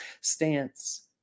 stance